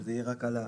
שזה יהיה רק על,